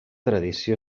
tradició